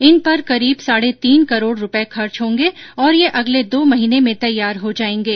इन पर करीब साढे तीन करोड रूपये खर्च होंगे और ये अगले दो महिने में तैयार हो जायेंगे